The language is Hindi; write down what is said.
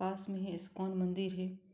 पास में ही इस्कॉन मंदिर है